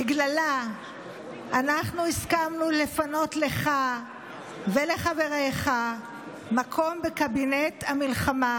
בגללה אנחנו הסכמנו לפנות לך ולחבריך מקום בקבינט המלחמה,